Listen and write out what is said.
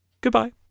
Goodbye